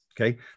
Okay